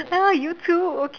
ya you too okay